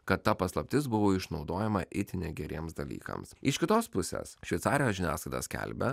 kad ta paslaptis buvo išnaudojama itin negeriems dalykams iš kitos pusės šveicarijos žiniasklaida skelbia